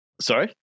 Sorry